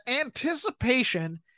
anticipation